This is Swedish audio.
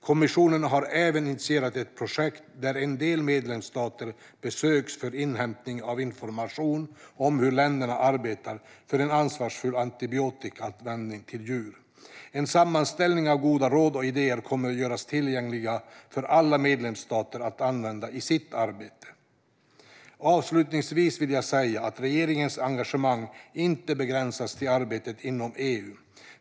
Kommissionen har även initierat ett projekt där en del medlemsstater besöks för inhämtning av information om hur länderna arbetar för en ansvarsfull antibiotikaanvändning till djur. En sammanställning av goda råd och idéer kommer att göras tillgänglig för alla medlemsstater att använda i sitt arbete. Avslutningsvis vill jag säga att regeringens engagemang inte begränsas till arbetet inom EU.